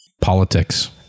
Politics